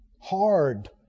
Hard